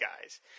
guys